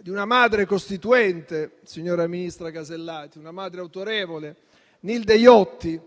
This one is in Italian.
di una Madre costituente, signora ministra Casellati, una madre autorevole, Nilde Iotti,